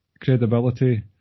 credibility